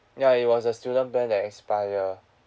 ya it was a student plan that expire